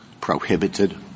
prohibited